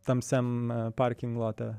tamsiam parkinglote